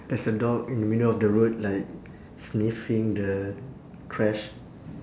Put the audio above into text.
there's a dog in the middle of the road like sniffing the trash